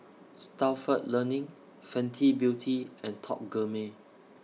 Stalford Learning Fenty Beauty and Top Gourmet